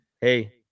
Hey